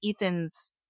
ethan's